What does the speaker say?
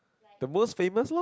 the most famous lor